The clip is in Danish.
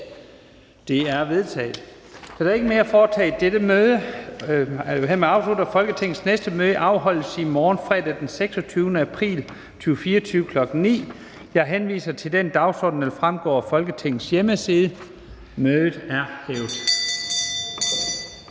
Lahn Jensen): Der er ikke mere at foretage i dette møde. Folketingets næste møde afholdes i morgen, fredag den 26. april 2024, kl. 9.00. Jeg henviser til den dagsorden, der vil fremgå af Folketingets hjemmeside. Mødet er hævet.